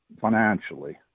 financially